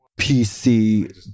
PC